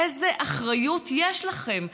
איזה אחריות יש לכם?